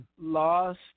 lost